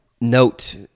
note